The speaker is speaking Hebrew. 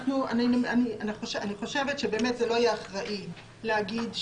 אני חושבת שבאמת זה לא יהיה אחראי להגיד שעה,